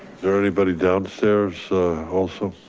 there anybody downstairs also?